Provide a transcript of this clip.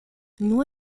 nur